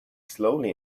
slowly